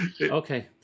Okay